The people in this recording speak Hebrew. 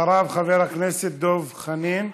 אחריו, חבר הכנסת דב חנין.